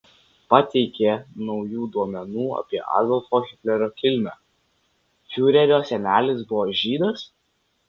pateikė naujų duomenų apie adolfo hitlerio kilmę fiurerio senelis buvo žydas